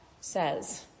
says